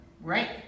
Right